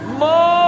more